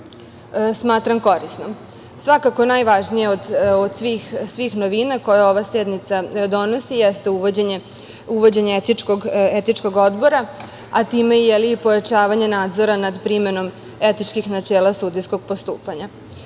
smatram korisnom. Svakako, najvažnija od svih novina koje ova sednica donosi, jeste uvođenje Etičkog odbora, a time i pojačavanje nadzora nad primenom etičkih načela sudijskog postupanja.